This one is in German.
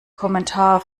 kommentar